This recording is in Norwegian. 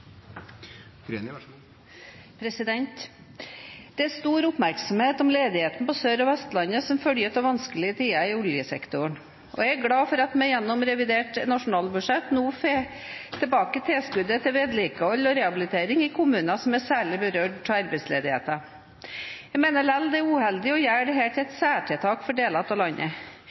den. Det er stor oppmerksomhet om ledigheten på Sør- og Vestlandet som følge av vanskelige tider i oljesektoren. Jeg er glad for at vi gjennom revidert nasjonalbudsjett nå får tilbake tilskuddet til vedlikehold og rehabilitering i kommuner som er særlig berørt av arbeidsledighet. Jeg mener likevel det er uheldig å gjøre dette til et særtiltak for deler av